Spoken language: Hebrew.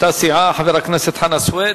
חבר הכנסת חנא סוייד.